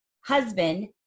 husband